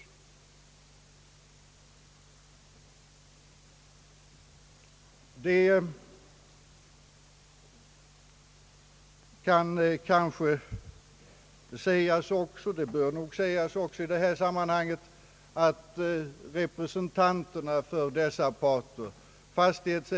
Det kan kanske sägas — det bör nog sägas i detta sammanhang — att representanterna för dessa parter, fastighets Ang.